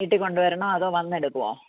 വീട്ടിൽ കൊണ്ട് വരണോ അതോ വന്ന് എടുക്കുമോ